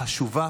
חשובה,